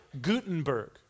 Gutenberg